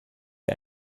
der